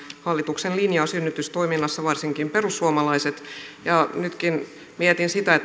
hallituksen linjaa synnytystoiminnassa varsinkin perussuomalaiset ja nytkin mietin sitä